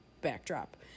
backdrop